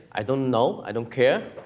i don't know, i don't care,